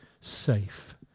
safe